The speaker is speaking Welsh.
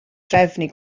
drefnu